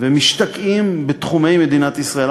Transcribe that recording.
ומשתקעים בתחומי מדינת ישראל,